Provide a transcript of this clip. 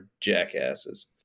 jackasses